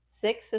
Six